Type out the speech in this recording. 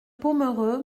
pomereux